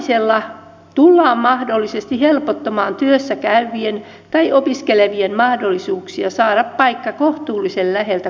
rajaamisella tullaan mahdollisesti helpottamaan työssä käyvien tai opiskelevien mahdollisuuksia saada paikka kohtuullisen läheltä kulkureittiään